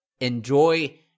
enjoy